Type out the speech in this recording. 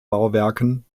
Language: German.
bauwerken